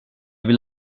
vill